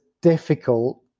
difficult